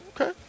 Okay